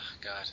God